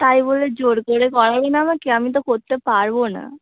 তাই বলে জোর করে করাবেন আমাকে আমি তো করতে পারবো না